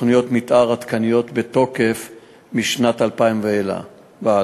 תוכניות מתאר עדכניות בתוקף משנת 2000 והלאה,